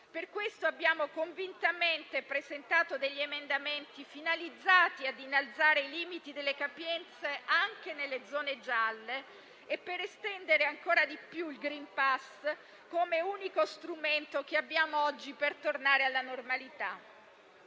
Per questo, abbiamo convintamente presentato degli emendamenti finalizzati a innalzare i limiti delle capienze anche nelle zone gialle ed estendere ancora di più il *green pass* come unico strumento che abbiamo oggi per tornare alla normalità.